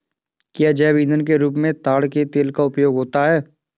क्या जैव ईंधन के रूप में ताड़ के तेल का उपयोग होता है?